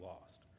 lost